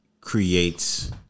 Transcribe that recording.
creates